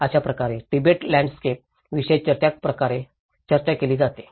अशा प्रकारे तिबेटी लँडस्केप विषयी सर्वच प्रकारे चर्चा केली जाते